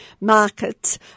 markets